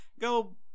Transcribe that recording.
go